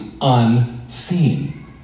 unseen